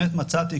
מצאתי,